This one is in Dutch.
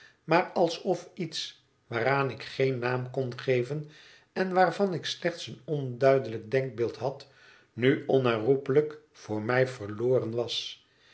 maar alsof iets waaraan ik geen naam kon geven en waarvan ik slechts een onduidelijk denkbeeld had nu onherroepelijk voor mij verloren was